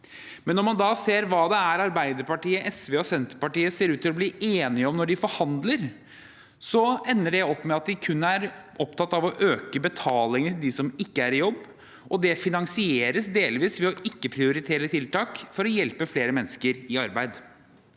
men når man ser hva Arbeiderpartiet, SV og Senterpartiet ser ut til å bli enige om når de forhandler, ender det opp med at de kun er opptatt av å øke betalingen til dem som ikke er i jobb, og det finansieres delvis ved å ikke prioritere tiltak for å hjelpe flere mennesker i arbeid.